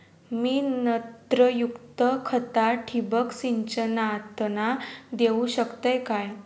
मी नत्रयुक्त खता ठिबक सिंचनातना देऊ शकतय काय?